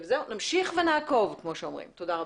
וזהו, נמשיך ונעקוב, כמו שאומרים, תודה רבה.